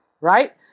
right